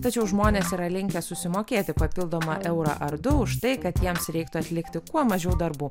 tačiau žmonės yra linkę susimokėti papildomą eurą ar du už tai kad jiems reiktų atlikti kuo mažiau darbų